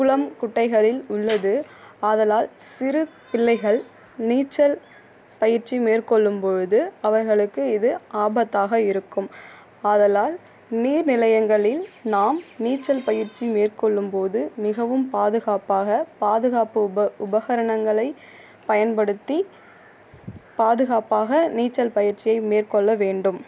குளம் குட்டைகளில் உள்ளது ஆதலால் சிறு பிள்ளைகள் நீச்சல் பயிற்சி மேற்கொள்ளும் போது அவர்களுக்கு இது ஆபத்தாக இருக்கும் ஆதலால் நீர் நிலையங்களில் நாம் நீச்சல் பயிற்சி மேற்கொள்ளும் போது மிகவும் பாதுகாப்பாக பாதுகாப்பு உப உபகரணங்களைப் பயன்படுத்தி பாதுகாப்பாக நீச்சல் பயிற்சியை மேற்கொள்ள வேண்டும்